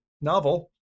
novel